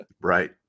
Right